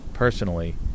personally